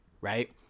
right